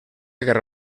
guerra